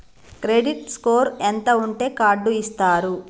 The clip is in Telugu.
క్రెడిట్ స్కోర్ ఎంత ఉంటే కార్డ్ ఇస్తారు?